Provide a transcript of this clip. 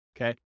okay